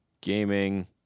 Gaming